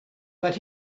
but